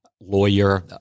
lawyer